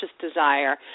desire